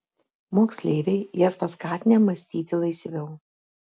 moksleiviai jas paskatinę mąstyti laisviau